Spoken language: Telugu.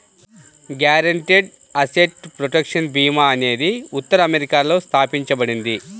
గ్యారెంటీడ్ అసెట్ ప్రొటెక్షన్ భీమా అనేది ఉత్తర అమెరికాలో స్థాపించబడింది